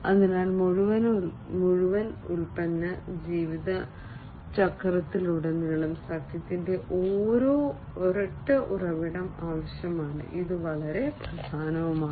അതിനാൽ മുഴുവൻ ഉൽപ്പന്ന ജീവിത ചക്രത്തിലുടനീളം സത്യത്തിന്റെ ഒരൊറ്റ ഉറവിടം ആവശ്യമാണ് ഇത് വളരെ പ്രധാനമാണ്